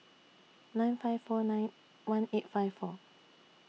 nine five four nine one eight five four